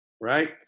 right